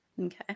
Okay